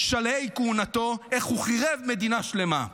שלהי כהונתו, איך הוא חירב מדינה שלמה.